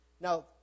Now